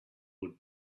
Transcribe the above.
would